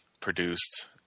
produced